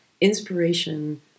Inspiration